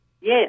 Yes